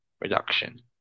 reduction